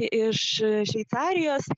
iš šveicarijos